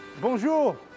Bonjour